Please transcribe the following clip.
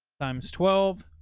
times twelve.